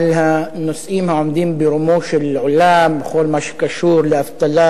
על הנושאים העומדים ברומו של עולם בכל מה שקשור לאבטלה,